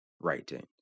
writing